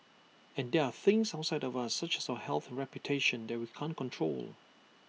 and there are things outside of us such as our health reputation that we can't control